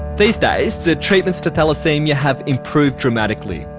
these days the treatments for thalassaemia have improved dramatically.